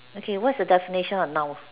okay what's the definition of nouns